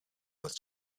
with